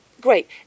great